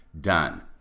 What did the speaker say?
done